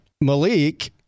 Malik